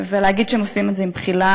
ולהגיד שהם עושים את זה עם בחילה,